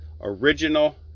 Original